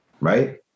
right